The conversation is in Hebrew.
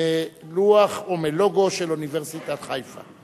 מלוח או מלוגו של אוניברסיטת חיפה.